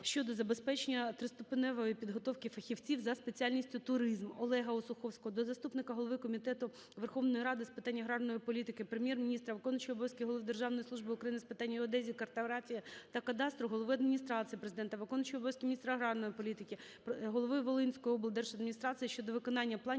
щодо забезпечення триступеневої підготовки фахівців за спеціальністю "Туризм". Олега Осуховського до заступника Голови Комітету Верховної Ради з питань аграрної політики, Прем'єр-міністра, виконуючого обов'язки Голови Державної служби України з питань геодезії, картографії та кадастру, Глави Адміністрації Президента, виконуючого обов’язки міністра аграрної політики, голови Волинської облдержадміністрації щодо виконання планів